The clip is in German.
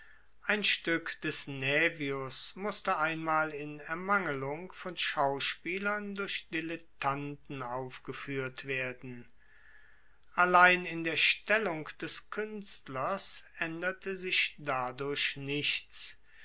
ein stueck des naevius musste einmal in ermangelung von schauspielern durch dilettanten aufgefuehrt werden allein in der stellung des kuenstlers aenderte sich dadurch nichts